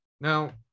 now